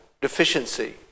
deficiency